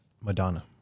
Madonna